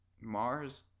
Mars